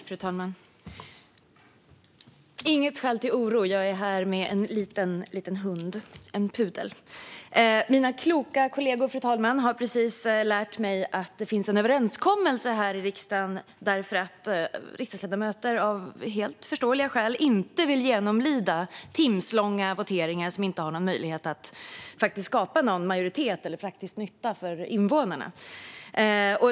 Fru talman! Inget skäl till oro! Jag är här med en liten hund - en pudel. Mina kloka kollegor, fru talman, har precis lärt mig att det finns en överenskommelse i riksdagen eftersom riksdagsledamöter av helt förståeliga skäl inte vill genomlida timslånga voteringar där det ändå inte finns möjlighet att skapa en majoritet eller praktisk nytta för invånarna.